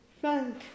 frank